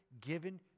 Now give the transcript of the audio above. given